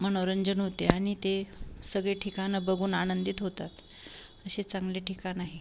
मनोरंजन होते आणि ते सगळे ठिकाणं बघून आनंदित होतात असे चांगले ठिकाण आहे